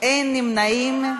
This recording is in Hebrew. אין נמנעים,